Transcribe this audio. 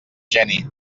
geni